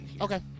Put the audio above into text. Okay